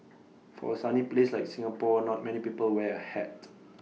for A sunny place like Singapore not many people wear A hat